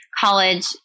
college